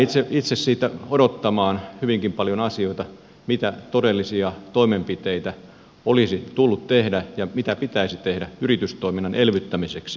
jään itse odottamaan hyvinkin paljon asioita mitä todellisia toimenpiteitä olisi tullut tehdä ja mitä pitäisi tehdä yritystoiminnan elvyttämiseksi